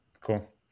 Cool